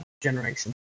generation